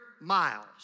miles